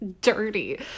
dirty